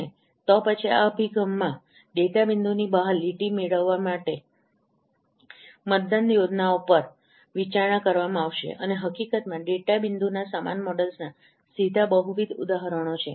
અને તો પછી આ અભિગમમાં ડેટા બિંદુની બહાર લીટી મેળવવા માટે મતદાન યોજનાઓ પર વિચારણા કરવામાં આવશે અને હકીકતમાં ડેટા બિંદુના સમાન મોડેલ્સના સીધા બહુવિધ ઉદાહરણો છે